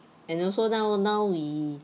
and also now now we